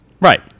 right